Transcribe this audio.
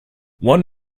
one